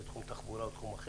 את לא מצביעה בעד עצמך?